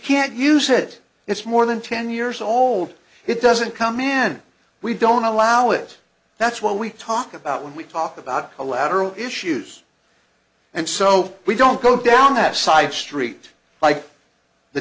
can't use it it's more than ten years old it doesn't come in we don't allow it that's what we talk about when we talk about collateral issues and so we don't go down that side street like the